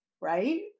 right